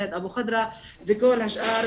סעד אבו חדרא וכל השאר.